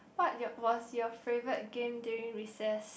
what you was your favorite game during recess